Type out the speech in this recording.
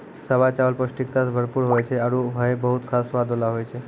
सावा चावल पौष्टिकता सें भरपूर होय छै आरु हय बहुत खास स्वाद वाला होय छै